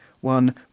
one